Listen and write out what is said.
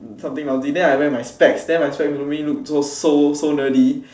something lousy then I will wear my specs then my specs will make me look so so nerdy